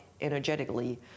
energetically